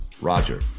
Roger